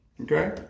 Okay